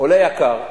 עולה יקר,